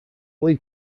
lead